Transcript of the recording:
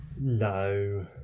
No